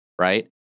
right